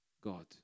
God